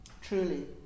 Truly